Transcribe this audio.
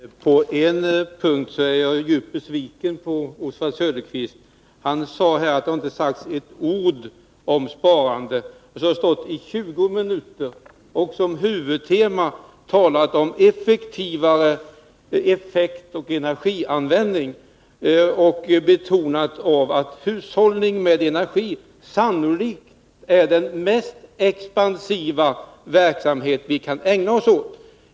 Herr talman! På en punkt är jag djupt besviken på Oswald Söderqvist. Han sade att det inte har yttrats ett ord om sparande. Jag har stått här och talat i 20 minuter och som huvudtema haft effektivare energianvändning, och jag har betonat att hushållning med energi sannolikt är den mest expansiva verksamhet som vi kan ägna oss åt.